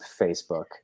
Facebook